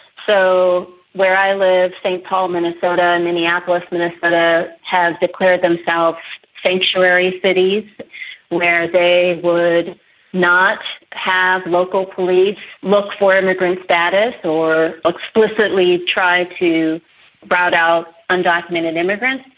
so where i live, st paul minnesota and minneapolis minnesota has declared themselves sanctuary cities where they would not have local police look for immigrant status or explicitly try to rout out undocumented immigrants.